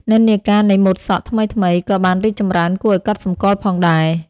និន្នាការនៃម៉ូដសក់ថ្មីៗក៏បានរីកចម្រើនគួរឱ្យកត់សម្គាល់ផងដែរ។